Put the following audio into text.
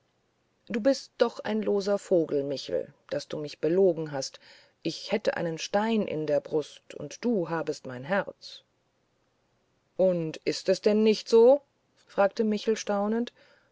du bist doch ein loser vogel michel daß du mich belogen hast ich hätte einen stein in der brust und du habest mein herz und ist es denn nicht so fragte michel staunend